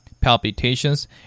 palpitations